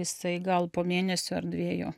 jisai gal po mėnesio ar dviejų